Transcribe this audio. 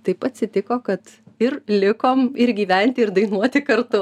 taip atsitiko kad ir likom ir gyventi ir dainuoti kartu